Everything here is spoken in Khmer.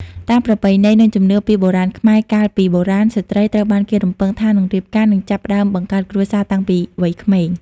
តាមប្រពៃណី និងជំនឿពីបុរាណខ្មែរកាលពីបុរាណ ស្ត្រីត្រូវបានគេរំពឹងថានឹងរៀបការ និងចាប់ផ្ដើមបង្កើតគ្រួសារតាំងពីវ័យក្មេង ។